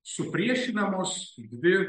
supriešinamos dvi